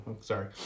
sorry